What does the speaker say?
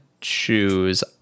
choose